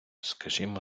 скажімо